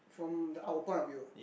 from the our point of view ah